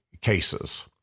cases